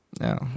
No